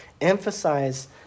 Emphasize